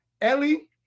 Ellie